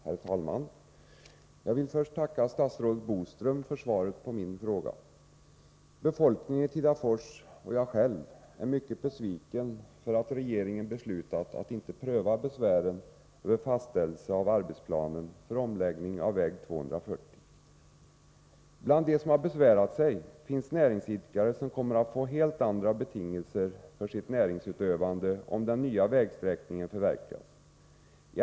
Herr talman! Jag vill först tacka statsrådet Curt Boström för svaret på min fråga. Befolkningen i Tidafors och jag själv är mycket besvikna över regeringens beslut att någon prövning inte skall göras när det gäller inkomna besvär över fastställelse av arbetsplan för omläggning av väg 240. Bl. a.har näringsidkare besvärat sig. Betingelserna för deras näringsutövande kommer att helt ändras, om den nya vägsträckningen förverkligas.